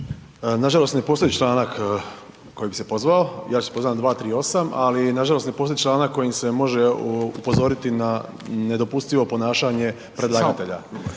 Nažalost ne postoji članak kojim bi se pozvao, ja ću se pozvati na 238., ali nažalost ne postoji članak kojim se može upozoriti na nedopustivo ponašanje predlagatelja.